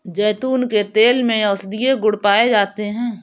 जैतून के तेल में औषधीय गुण पाए जाते हैं